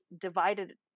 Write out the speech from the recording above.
divided